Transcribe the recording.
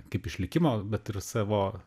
kaip išlikimo bet ir savo